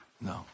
No